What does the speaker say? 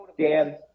Dan